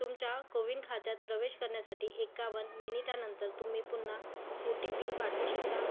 तुमच्या कोविन खात्यात प्रवेश करण्यासाठी एकावन्न मिनिटानंतर तुम्ही पुन्हा ओ टी पी पाठवू शकता